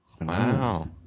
Wow